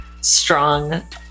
strong